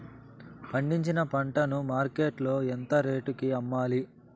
పండించిన పంట ను మార్కెట్ లో ఎంత రేటుకి అమ్మాలి?